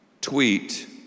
tweet